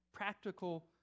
Practical